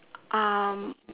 um